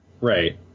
Right